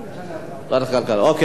ועדת הכלכלה, ועדת הכלכלה.